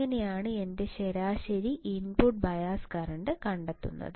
അങ്ങനെയാണ് എന്റെ ശരാശരി ഇൻപുട്ട് ബയസ് കറന്റ് കണ്ടെത്തുന്നത്